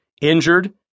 injured